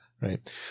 right